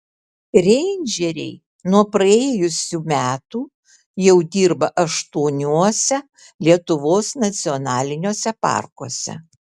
reindžeriai nuo praėjusių metų jau dirba aštuoniuose lietuvos nacionaliniuose parkuose